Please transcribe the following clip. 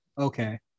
Okay